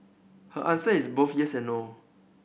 her answer is both yes and no